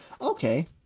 Okay